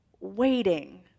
waiting